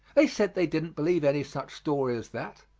they said they didn't believe any such story as that,